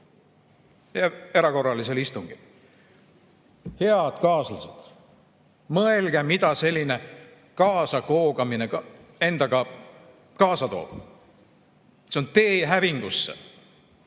erakorralisel istungil. Head kaaslased! Mõelge, mida selline kaasakoogamine endaga kaasa toob! See on tee hävingusse.